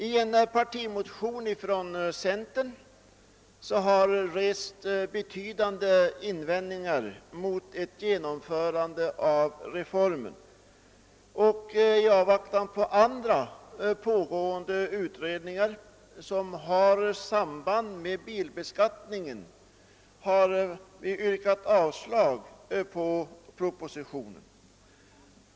I en partimotion från centern har rests betydande invändningar mot ett genomförande av reformen, och vi har i avvaktan på pågående utredningar, som har samband med bilbeskattningen, yrkat avslag på propositionen.